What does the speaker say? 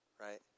right